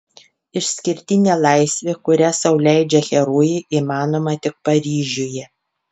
išskirtinė laisvė kurią sau leidžia herojai įmanoma tik paryžiuje